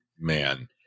man